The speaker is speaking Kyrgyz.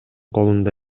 колунда